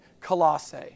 Colossae